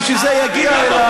כשזה יגיע אליו,